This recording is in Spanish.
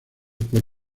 por